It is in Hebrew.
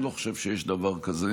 אני לא חושב שיש דבר כזה,